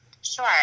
Sure